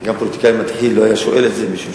גם פוליטיקאי מתחיל לא היה שואל את זה, א.